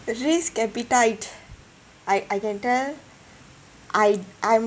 risk appetite I I can tell I I'm